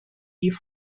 die